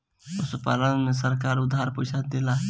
पशुपालन में सरकार उधार पइसा देला?